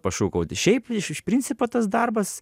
pašūkauti šiaip iš principo tas darbas